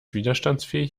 widerstandsfähig